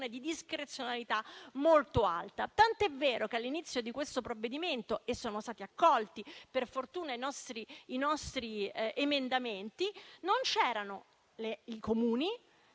di discrezionalità molto alta. Tant'è vero che all'inizio di questo provvedimento - e sono stati accolti, per fortuna, i nostri emendamenti - non c'erano i Comuni,